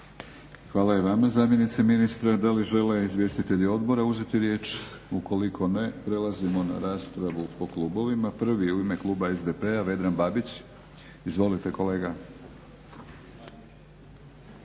Hvala i vama zamjenice ministra. Da li žele izvjestitelji odbora uzeti riječ? Ukoliko ne, prelazimo na raspravu po klubovima. Prvi je u ime kluba SDP-a Vedran Babić. Izvolite kolega.